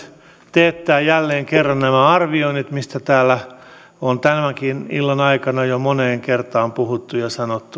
teettää jälleen kerran nämä arvioinnit mistä täällä on tämänkin illan aikana jo moneen kertaan puhuttu ja